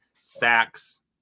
sacks